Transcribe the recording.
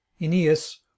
Aeneas